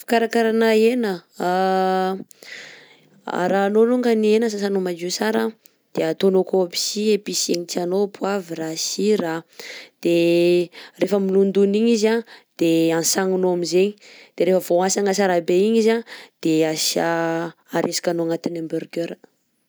Fikarakarana hena: arahanao alongany hena sasana madio sara, de ataonao akao aby sy épices zegny tianao poavra, sira, de rehefa milondona igny izy an de antsagninao aminjegny de rehefa vaoantsagnana sara be igny izy a de a arizikanao agnatina hamburgers.